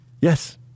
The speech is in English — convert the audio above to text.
Yes